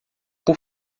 por